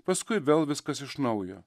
paskui vėl viskas iš naujo